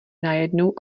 najednou